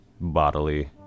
bodily